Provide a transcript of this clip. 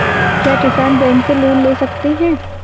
क्या किसान बैंक से लोन ले सकते हैं?